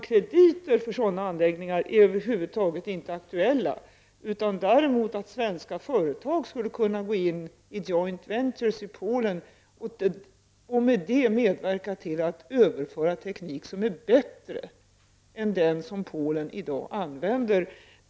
Krediter för sådana anläggningar är över huvud taget inte aktuella. Däremot skulle svenska företag kunna gå in i joint venture-verksamhet i Polen och därmed medverka till att teknik som är bättre än den som Polen i dag använder överförs dit.